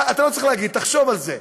אתה לא צריך להגיד, תחשוב על זה.